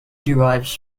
derives